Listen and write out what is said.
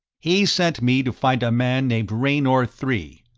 he sent me to find a man named raynor three.